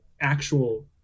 actual